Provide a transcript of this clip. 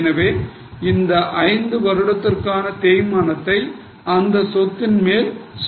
எனவே இந்த 5 வருடத்திற்கான தேய்மானத்தை அந்த சொத்தின் மேல் சார்ஜ் செய்கிறோம்